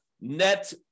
net